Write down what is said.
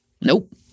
Nope